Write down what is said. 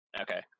Okay